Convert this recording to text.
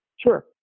Sure